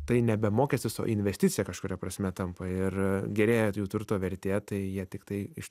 tai nebe mokestis o investicija kažkuria prasme tampa ir gerėja jų turto vertė tai jie tiktai iš